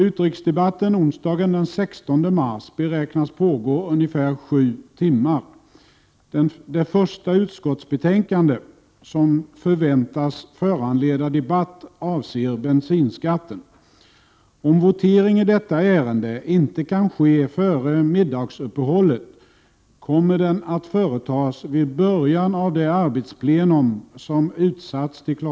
Utrikesdebatten onsdagen den 16 mars beräknas pågå ungefär 7 timmar. Det första utskottsbetänkande som förväntas föranleda debatt avser bensinskatten. Om votering i detta ärende inte kan ske före middagsuppehållet kommer den att företas vid början av det arbetsplenum som utsatts till kl.